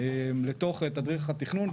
לתוך תדריך התכנון,